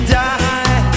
die